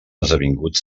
esdevingut